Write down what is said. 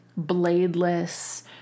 bladeless